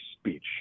speech